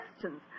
questions